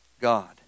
God